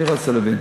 אני רוצה להבין.